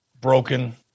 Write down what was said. broken